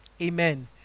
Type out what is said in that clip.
Amen